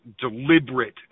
deliberate